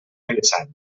pensat